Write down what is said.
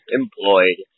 employed